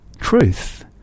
truth